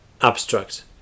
Abstract